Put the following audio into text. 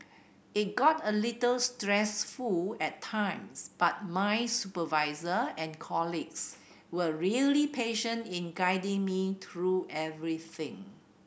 it got a little stressful at times but my supervisor and colleagues were really patient in guiding me through everything